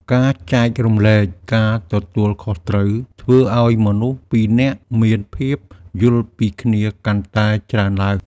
ការចែករំលែកការទទួលខុសត្រូវធ្វើឱ្យមនុស្សពីរនាក់មានភាពយល់ពីគ្នាកាន់តែច្រើនឡើង។